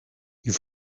you